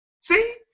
See